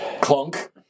clunk